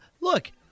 look